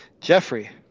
Jeffrey